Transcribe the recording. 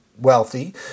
wealthy